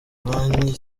banki